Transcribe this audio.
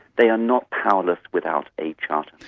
they are not powerless without a charter.